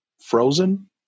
frozen